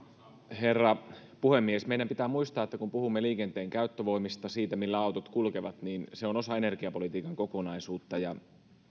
herra puhemies meidän pitää muistaa että kun puhumme liikenteen käyttövoimista siitä millä autot kulkevat niin se on osa energiapolitiikan kokonaisuutta ja